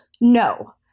No